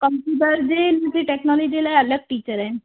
computer जे हिनजे technology जे लाइ अलॻि टीचर आहिनि